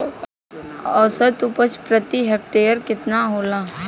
औसत उपज प्रति हेक्टेयर केतना होला?